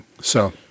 So-